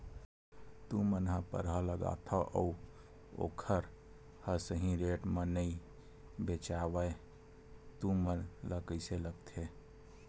तू मन परहा लगाथव अउ ओखर हा सही रेट मा नई बेचवाए तू मन ला कइसे लगथे?